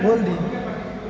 बोल दिए